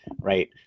right